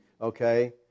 Okay